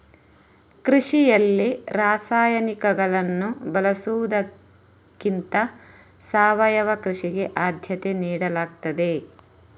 ಕೃಷಿಯಲ್ಲಿ ರಾಸಾಯನಿಕಗಳನ್ನು ಬಳಸುವುದಕ್ಕಿಂತ ಸಾವಯವ ಕೃಷಿಗೆ ಆದ್ಯತೆ ನೀಡಲಾಗ್ತದೆ